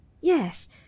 Yes